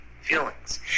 feelings